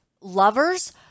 lovers